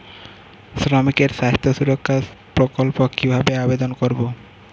শ্রমিকের স্বাস্থ্য সুরক্ষা প্রকল্প কিভাবে আবেদন করবো?